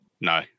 No